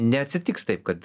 neatsitiks taip kad